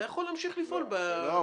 אתה יכול להמשיך לפעול --- לא.